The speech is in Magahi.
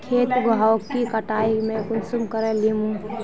खेत उगोहो के कटाई में कुंसम करे लेमु?